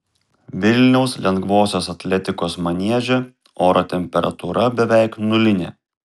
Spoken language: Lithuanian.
vilniaus lengvosios atletikos manieže oro temperatūra beveik nulinė